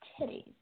Titties